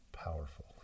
powerful